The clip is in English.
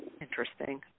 interesting